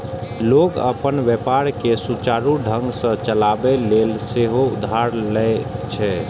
लोग अपन व्यापार कें सुचारू ढंग सं चलाबै लेल सेहो उधार लए छै